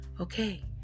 Okay